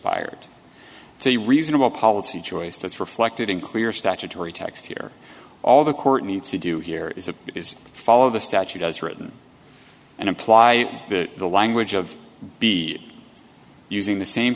expired so you reasonable policy choice that's reflected in clear statutory text here all the court needs to do here is that it is follow the statute does written and apply the language of be using the same